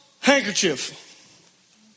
handkerchief